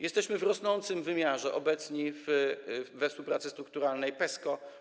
Jesteśmy w rosnącym stopniu obecni we współpracy strukturalnej PESCO.